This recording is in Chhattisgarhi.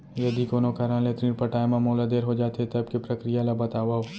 यदि कोनो कारन ले ऋण पटाय मा मोला देर हो जाथे, तब के प्रक्रिया ला बतावव